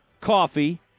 coffee